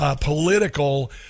political